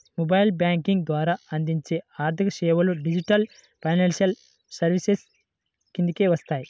mobile banking ద్వారా అందించే ఆర్థికసేవలు డిజిటల్ ఫైనాన్షియల్ సర్వీసెస్ కిందకే వస్తాయి